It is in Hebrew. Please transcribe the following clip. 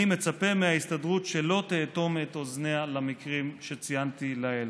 אני מצפה מההסתדרות שלא תאטום את אוזניה למקרים שציינתי לעיל.